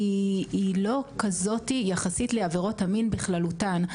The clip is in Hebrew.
היא לא כזאת יחסית לעבירות המין בכללותן.